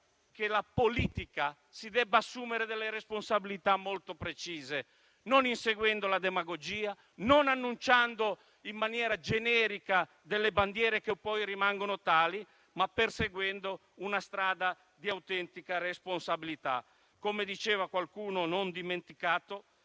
che la politica si debba assumere delle responsabilità molto precise, non inseguendo la demagogia, non agitando in maniera generica delle bandiere e facendo annunci che poi rimangono tali, ma perseguendo una strada di autentica responsabilità. Come diceva qualcuno non dimenticato,